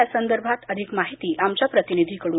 यासंदर्भात अधिक माहिती आमच्या प्रतिनिधीकडून